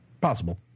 Possible